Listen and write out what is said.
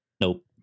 Nope